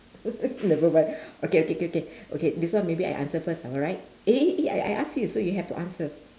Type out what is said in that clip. nevermind okay okay K K okay this one maybe I answer first alright eh I I ask you so you have to answer